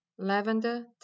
Lavender